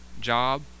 job